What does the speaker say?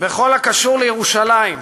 בכל הקשור לירושלים,